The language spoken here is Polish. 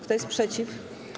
Kto jest przeciw?